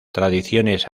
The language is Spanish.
tradiciones